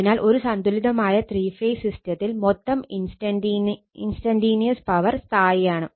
അതിനാൽ ഒരു സന്തുലിതമായ ത്രീ ഫേസ് സിസ്റ്റത്തിൽ മൊത്തം ഇൻസ്റ്റന്റീനിയസ് പവർ സ്ഥായിയാണ്